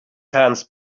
hands